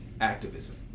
activism